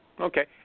Okay